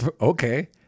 okay